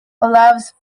allows